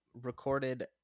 recorded